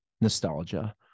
nostalgia